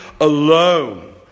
alone